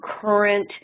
current